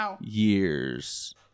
Years